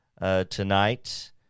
tonight